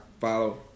follow